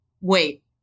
Wait